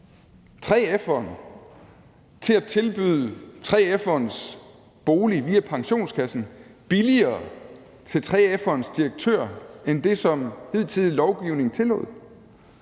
3F'eren til at tilbyde 3F'erens bolig via pensionskassen billigere til 3F'erens direktør end det, som hidtidig lovgivning tillod.